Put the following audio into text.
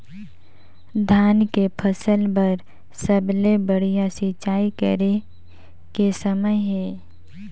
धान के फसल बार सबले बढ़िया सिंचाई करे के समय हे?